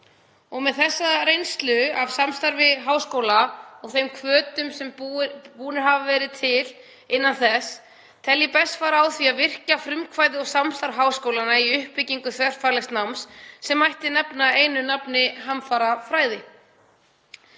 Með þessa reynslu af samstarfi háskóla og þeim hvötum sem búnir hafa verið til innan þess tel ég best fara á því að virkja frumkvæði og samstarf háskólanna í uppbyggingu þverfaglegs náms sem mætti nefna einu nafni hamfarafræði.